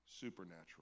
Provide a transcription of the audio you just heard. supernatural